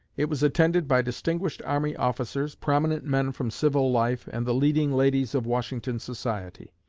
it was attended by distinguished army officers, prominent men from civil life, and the leading ladies of washington society.